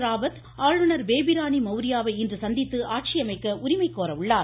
ராவத் ஆளுநர் பேபிராணி மௌரியாவை இன்று சந்தித்து ஆட்சியமைக்க உரிமைகோர உள்ளார்